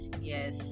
yes